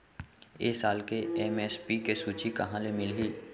ए साल के एम.एस.पी के सूची कहाँ ले मिलही?